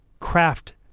craft